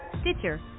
Stitcher